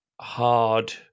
hard